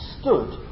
stood